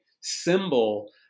symbol